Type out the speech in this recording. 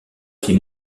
fit